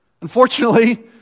Unfortunately